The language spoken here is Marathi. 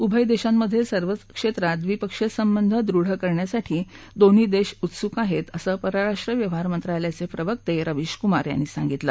उभय दर्धामध्यक्ष सर्वच क्षक्रित द्विपक्षीय संबंध दृढ करण्यासाठी दोन्ही दक्षिउत्सुक आहक्ष असं परराष्ट्र व्यवहार मंत्रालयाचक्रित्त उवीश कुमार यांनी सांगितलं